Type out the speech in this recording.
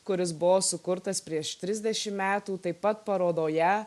kuris buvo sukurtas prieš trisdešim metų taip pat parodoje